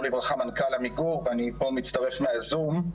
לברכה מנכ"ל עמיגור ואני פה מצטרף מהזום,